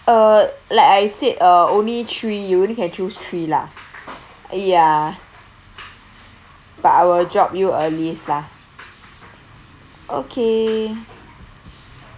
uh like I said uh only three you only can choose three lah ya but I will jot you a list lah okay